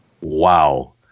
Wow